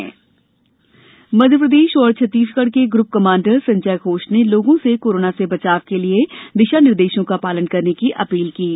जन आंदोलन मध्यप्रदेश और छत्तीसगढ़ के ग्रप कमांडर संजय घोष ने लोगों से कोरोना से बचाव के लिए दिशा निर्देशों का पालन करने की अपील की है